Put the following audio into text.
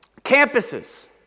Campuses